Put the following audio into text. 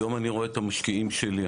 היום אני רואה את המשקיעים שלי,